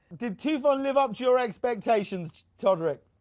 did tufan live up to your expectations todrick.